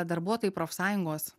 darbuotojai profsąjungos